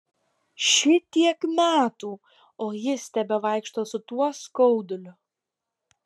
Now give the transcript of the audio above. šitiek metų o jis tebevaikšto su tuo skauduliu